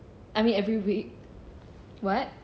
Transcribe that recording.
I mean every week [what]